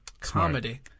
Comedy